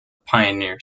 pioneer